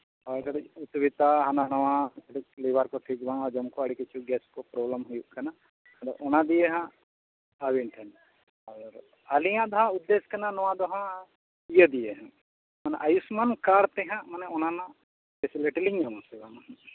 ᱦᱳᱭ ᱠᱟᱹᱴᱤᱡ ᱚᱥᱩᱵᱤᱫᱷᱟ ᱦᱟᱱᱟᱼᱱᱷᱟᱣᱟ ᱠᱟᱹᱡ ᱞᱤᱵᱷᱟᱨᱠᱚ ᱴᱷᱤᱠ ᱵᱟᱝ ᱦᱚᱡᱚᱢᱠᱚ ᱟᱹᱰᱤ ᱠᱤᱪᱷᱩ ᱜᱮᱥᱠᱚ ᱯᱨᱚᱵᱞᱮᱢ ᱦᱩᱭᱩᱜ ᱠᱟᱱᱟ ᱟᱫᱚ ᱚᱱᱟ ᱫᱤᱭᱮᱦᱟᱸᱜ ᱟᱹᱵᱤᱱ ᱴᱷᱮᱱ ᱟᱨ ᱟᱹᱞᱤᱧᱟᱜ ᱫᱚ ᱦᱟᱸᱜ ᱩᱫᱫᱮᱥ ᱠᱟᱱᱟ ᱱᱚᱣᱟᱫᱚ ᱦᱟᱸᱜ ᱤᱭᱟᱹ ᱫᱤᱭᱮ ᱢᱟᱱᱮ ᱟᱭᱩᱥᱢᱟᱱ ᱠᱟᱨᱰᱛᱮ ᱦᱟᱸᱜ ᱚᱱᱟ ᱨᱮᱱᱟᱜ ᱯᱷᱮᱥᱤᱞᱤᱴᱤᱞᱤᱧ ᱧᱟᱢᱟ ᱥᱮ ᱵᱟᱝ